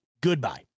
Goodbye